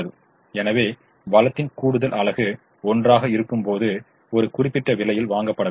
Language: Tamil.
எனவே வளத்தின் கூடுதல் அலகு 1 ஆக இருக்கும் பொது ஒரு குறிப்பிட்ட விலையில் வாங்கப்பட வேண்டும்